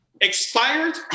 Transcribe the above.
Expired